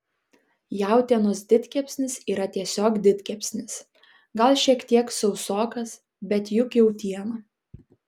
jautienos didkepsnis yra tiesiog didkepsnis gal šiek tiek sausokas bet juk jautiena